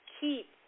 keep